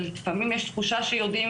לפעמים יש תחושה שיודעים